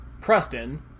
Preston